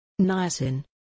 Niacin